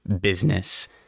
business